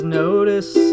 notice